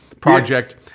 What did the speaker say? Project